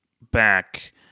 back